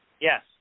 Yes